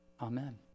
amen